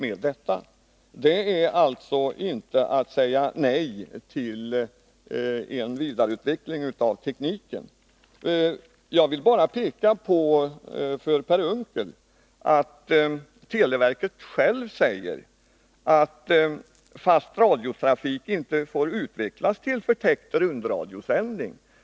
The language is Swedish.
Det är alltså inte att säga nej till en vidareutveckling av tekniken. Jag vill bara framhålla för Per Unckel att televerket självt säger att fast radiotrafik inte får utvecklas till förtäckt rundradiosändning.